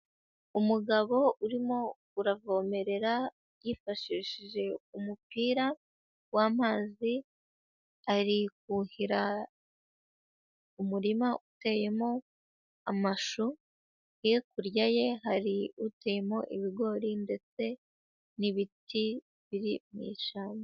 Umugabo urimo uravomerera yifashishije umupira w'amazi, ari kuhira umurima uteyemo amashu, hakurya ye hari uteyemo ibigori ndetse n'ibiti biri mu ishyamba.